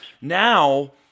Now